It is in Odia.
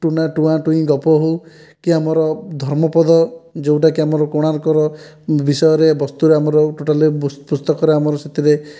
ଟୁନା ଟୁଆଁ ଟୁଇଁ ଗପ ହେଉ କି ଆମର ଧର୍ମପଦ ଯେଉଁଟାକି ଆମର କୋଣାର୍କର ବିଷୟରେ ବସ୍ତୁର ଆମର ଟୋଟାଲ ପୁସ୍ତକର ଆମର ସେଥିରେ